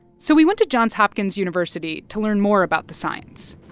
so we went to johns hopkins university to learn more about the science